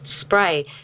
spray